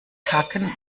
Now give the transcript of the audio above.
tacken